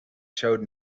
showed